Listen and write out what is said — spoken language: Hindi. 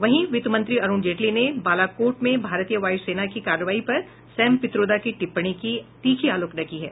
वहीं वित्त मंत्री अरुण जेटली ने बालाकोट में भारतीय वायु सेना की कार्रवाई पर सैम पित्रोदा की टिप्पणी की तीखी आलोचना की है